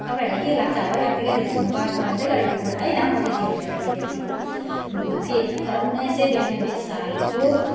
तपाईँहरूलाई के लाग्छ अब है व्यक्तिगत हिसाब बात गर्दै गरेको कुरा होइन म त्यति बेला एउटा विद्यार्थीको रूपमा थिएँ तर उन्नाइस सय ब्यानब्बे सालको